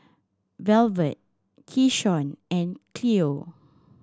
Velvet Keyshawn and Cleo